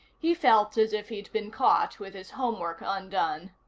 he felt as if he'd been caught with his homework undone.